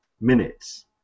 minutes